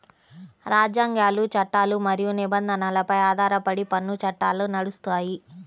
రాజ్యాంగాలు, చట్టాలు మరియు నిబంధనలపై ఆధారపడి పన్ను చట్టాలు నడుస్తాయి